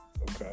Okay